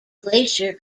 glacier